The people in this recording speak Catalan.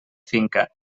finca